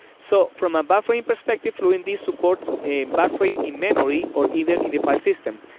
so from a buffering perspective, fluentd supports a buffering in-memory or either in the file system.